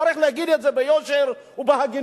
צריך להגיד את זה ביושר ובהגינות.